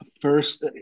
First